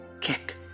kick